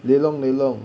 lelong lelong